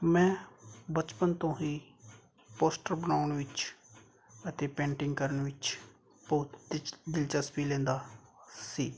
ਮੈਂ ਬਚਪਨ ਤੋਂ ਹੀ ਪੋਸਟਰ ਬਣਾਉਣ ਵਿੱਚ ਅਤੇ ਪੈਂਟਿੰਗ ਕਰਨ ਵਿੱਚ ਬਹੁਤ ਦਿਲਚਸਪੀ ਲੈਂਦਾ ਸੀ